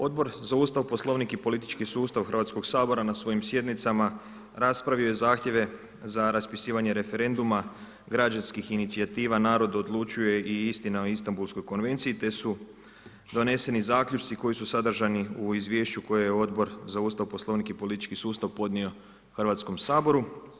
Odbor za Ustav, Poslovnik i politički sustav Hrvatskog sabora na svojim sjednicama raspravio je zahtjeve za raspisivanje referenduma građanskih inicijativa Narod odlučuje i Istina o Istanbulskoj konvenciji, te su doneseni zaključci koji su sadržani u izvješću koje je Odbor za Ustav, poslovnik i politički sustav podnio Hrvatskom saboru.